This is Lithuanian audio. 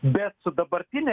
bet su dabartine